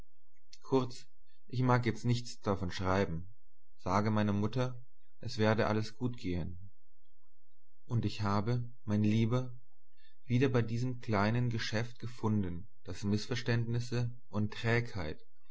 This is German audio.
verlangten kurz ich mag jetzt nichts davon schreiben sage meiner mutter es werde alles gut gehen und ich habe mein lieber wieder bei diesem kleinen geschäft gefunden daß mißverständnisse und trägheit